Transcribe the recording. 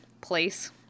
place